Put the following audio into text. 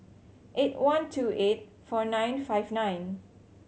eight one two eight four nine five nine